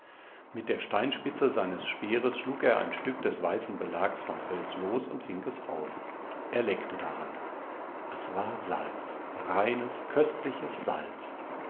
mit der steinspitze seines speeres schlug er ein stück des weißen belags vom fels los und fing es auf er leckte daran es war salz reines köstliches salz